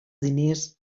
diners